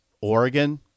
Oregon